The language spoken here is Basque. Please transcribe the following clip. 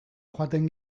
joaten